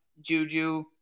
Juju